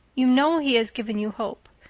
you know he has given you hope.